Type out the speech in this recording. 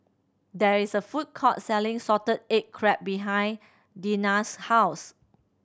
there is a food court selling salted egg crab behind Dena's house